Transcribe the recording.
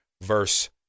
verse